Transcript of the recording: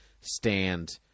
stand